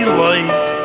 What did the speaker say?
light